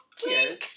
Cheers